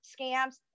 scams